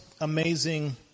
amazing